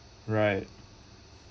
right